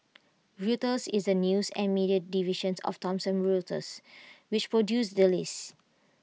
Reuters is the news and media division of Thomson Reuters which produced the list